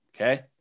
okay